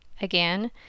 again